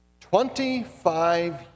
Twenty-five